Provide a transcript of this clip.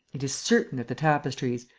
it is certain that the tapestries,